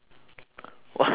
what are you doing